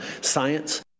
science